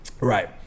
Right